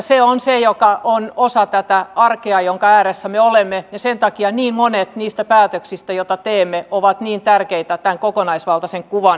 se on se joka on osa tätä arkea jonka ääressä me olemme ja sen takia niin monet niistä päätöksistä joita teemme ovat niin tärkeitä tämän kokonaisvaltaisen kuvan rakentamiseksi